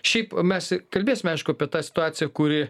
šiaip mes kalbėsime aišku apie tą situaciją kuri